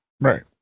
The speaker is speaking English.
Right